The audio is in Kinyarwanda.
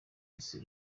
ese